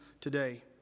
today